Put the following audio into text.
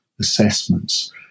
assessments